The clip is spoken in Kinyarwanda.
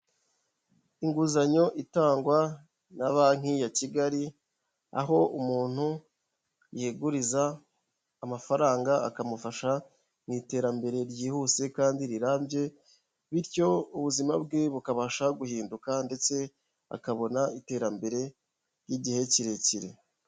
Inguzanyo itangwa na banki ya Kigali, aho umuntu yiguriza amafaranga akamufasha mu iterambere ryihuse kandi rirambye, bityo ubuzima bwe bukabasha guhinduka ndetse akabona iterambere ry'igihe kirekire.